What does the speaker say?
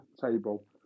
table